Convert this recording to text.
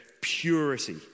purity